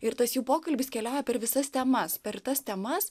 ir tas jų pokalbis keliauja per visas temas per tas temas